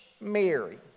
Mary